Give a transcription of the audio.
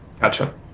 gotcha